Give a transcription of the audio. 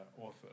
author